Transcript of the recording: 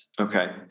Okay